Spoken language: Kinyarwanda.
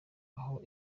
aho